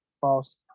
false